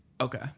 okay